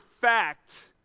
fact